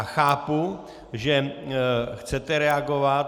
Chápu, že chcete reagovat.